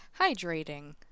hydrating